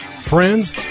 friends